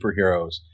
superheroes